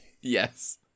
Yes